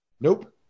Nope